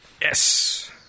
Yes